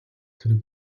тэр